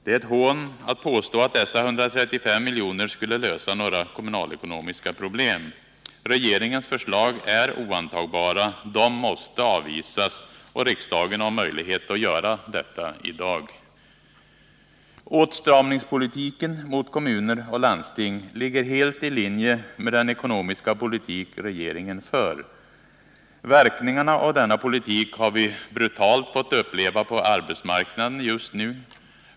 Det är ett hån att påstå att dessa 135 miljoner skulle lösa några kommunalekonomiska problem. Regeringens förslag är oantagbara. De måste avvisas. Riksdagen har möjlighet att göra detta i dag. Åtstramningspolitiken mot kommuner och landsting ligger helt i linje med den ekonomiska politik som regeringen för. Verkningarna av denna politik har vi brutalt fått uppleva på arbetsmarknaden just nu.